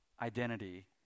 identity